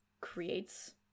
creates